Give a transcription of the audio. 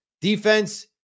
defense